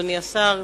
אדוני השר,